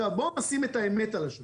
עכשיו בואו נשים את האמת על השולחן,